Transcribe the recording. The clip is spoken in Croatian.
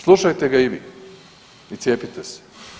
Slušajte ga i vi i cijepite se.